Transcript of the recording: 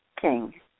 King